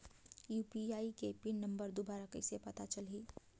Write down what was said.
UPI के pin number दुबारा कइसे पता चलही?